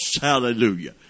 Hallelujah